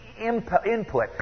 input